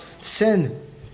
sin